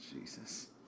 Jesus